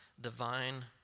divine